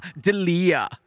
Delia